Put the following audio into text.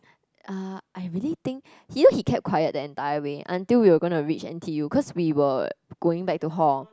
uh I really think he he kept quiet the entire way until we were gonna to reach n_t_u cause we were going back to hall